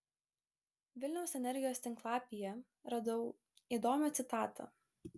vilniaus energijos tinklapyje radau įdomią citatą